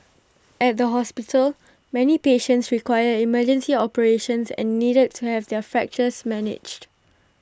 at the hospital many patients required emergency operations and needed to have their fractures managed